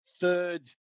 third